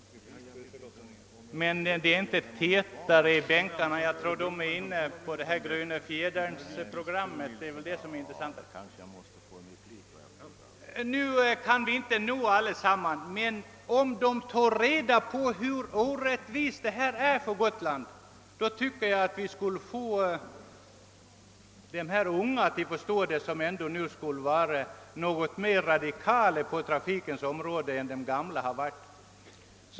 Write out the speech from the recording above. Men det är inte tätare i bänkarna; jag antar att de är inne och ser på Röda fjädern-programmet. Vi kan alltså inte nå allesammans, men om de tar reda på hur orättvist detta är för Gotland tycker jag att de unga skulle förstå det, eftersom de kan tänkas vara litet mer radikala på trafikens område än de äldre har varit.